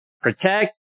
protect